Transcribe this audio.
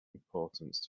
importance